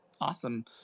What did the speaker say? Awesome